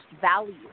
value